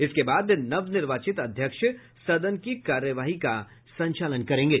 उसके बाद नवनिर्वाचित अध्यक्ष सदन की कार्यवाही का संचालन करेंगे